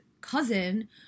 cousin